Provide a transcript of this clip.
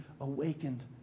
awakened